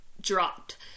dropped